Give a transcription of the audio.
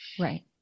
Right